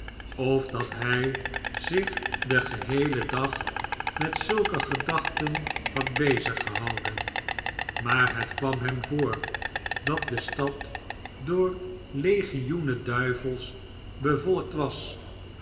of dat hij zich den geheelen dag met zulke gedachten had bezig gehouden maar het kwam hem voor dat de stad door legioenen duivels bevolkt was